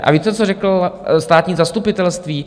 A víte, co řeklo státní zastupitelství?